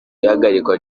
ihagarikwa